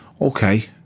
okay